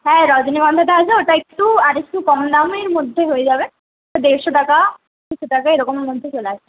হ্যাঁ রজনীগন্ধাটা আছে ওটা একটু আর একটু কম দামের মধ্যে হয়ে যাবে দেড়শো টাকা দুশো টাকা এরকমের মধ্যে চলে আসবে